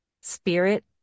spirit